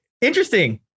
Interesting